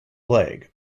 plague